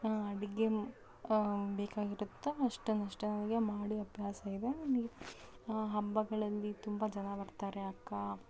ಅಡುಗೆ ಬೇಕಾಗಿರುತ್ತೋ ಅಷ್ಟನ್ನ ಅಷ್ಟಾಗೆ ಮಾಡಿ ಅಭ್ಯಾಸ ಇದೆ ಹಬ್ಬಗಳಲ್ಲಿ ತುಂಬ ಜನ ಬರ್ತಾರೆ ಅಕ್ಕ